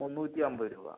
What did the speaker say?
മുന്നൂറ്റി അമ്പത് രൂപ